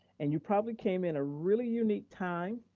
and you probably came in a really unique time,